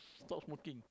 stop smoking